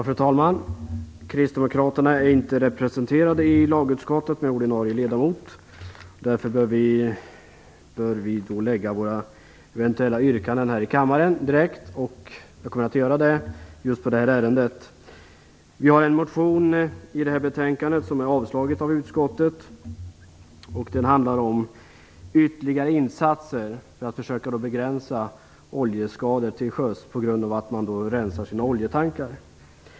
Fru talman! Vi kristdemokrater är inte representerade med ordinarie ledamot i lagutskottet. Därför bör vi lägga våra eventuella yrkanden direkt här i kammaren, vilket jag kommer att göra i detta ärende. Vi har en motion i detta betänkande som har avslagits av utskottet. Den handlar om ytterligare insatser för att begränsa oljeskador till sjöss genom rensning av oljetankar.